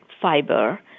fiber